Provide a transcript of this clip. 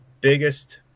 biggest